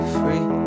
free